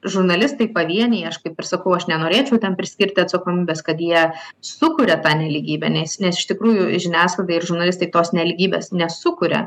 žurnalistai pavieniai aš kaip ir sakau aš nenorėčiau ten priskirti atsakomybės kad jie sukuria tą nelygybę nes nes iš tikrųjų žiniasklaida ir žurnalistai tos nelygybės nesukuria